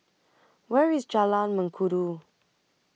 Where IS Jalan Mengkudu